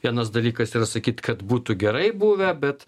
vienas dalykas yra sakyt kad būtų gerai buvę bet